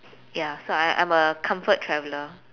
ya so I I'm a comfort traveller